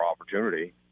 opportunity